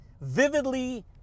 vividly